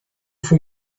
for